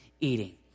eating